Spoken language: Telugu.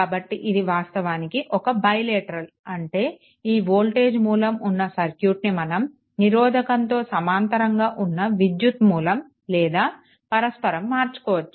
కాబట్టి ఇది వాస్తవానికి ఒక బై లేటరల్ అంటే ఈ వోల్టేజ్ మూలం ఉన్న సర్క్యూట్ని మనం నిరోధకంతో సమాంతరంగా ఉన్న విద్యుత్ మూలం లేదా పరస్పరం మార్చుకోవచ్చు